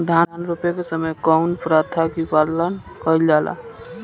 धान रोपे के समय कउन प्रथा की पालन कइल जाला?